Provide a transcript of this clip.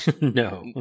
No